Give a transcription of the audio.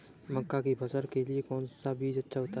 मक्का की फसल के लिए कौन सा बीज अच्छा होता है?